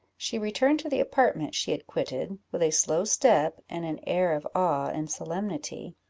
she returned to the apartment she had quitted, with a slow step, and an air of awe and solemnity,